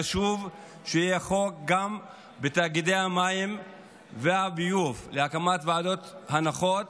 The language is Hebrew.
חשוב שיהיה חוק גם בתאגידי המים והביוב להקמת ועדות הנחות